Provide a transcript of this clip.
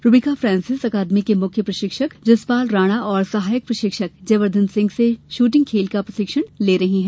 रूबिका फ्रांसिस अकादमी के मुख्य प्रशिक्षक जसपाल राणा एवं सहायक प्रशिक्षक जयवर्धन सिंह से शूटिंग खेल का प्रशिक्षण प्राप्त कर रही है